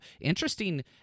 interesting